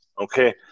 okay